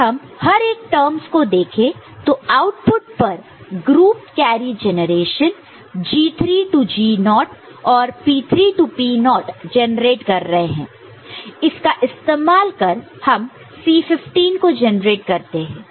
अगर हम हर एक टर्मस को देखें तो आउटपुट पर group carry generation term G3 0 और P3 0 जेनरेट कर रहे हैं इसका इस्तेमाल कर हम C15 को जनरेट करते हैं